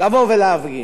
לבוא ולהפגין.